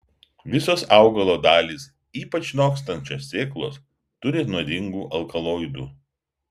visos augalo dalys ypač nokstančios sėklos turi nuodingų alkaloidų